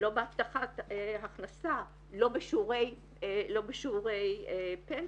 לא בהבטחת הכנסה, לא בשיעורי פנסיה.